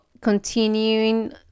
continuing